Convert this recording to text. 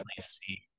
see